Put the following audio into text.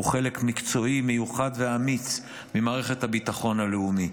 הוא חלק מקצועי מיוחד ואמיץ ממערכת הביטחון הלאומי.